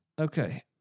Okay